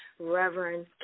Reverend